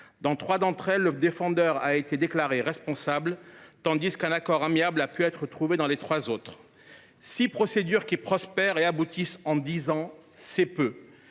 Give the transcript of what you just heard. dans trois d’entre elles, le défendeur a été déclaré responsable, tandis qu’un accord amiable a pu être trouvé dans les trois autres. Six procédures qui prospèrent et aboutissent en dix ans, c’est peu